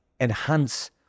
enhance